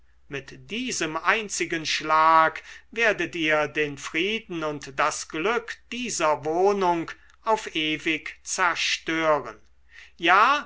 mit diesem einzigen schlag werdet ihr den frieden und das glück dieser wohnung auf ewig zerstören ja